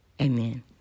Amen